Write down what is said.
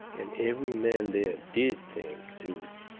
and every man there did think, too,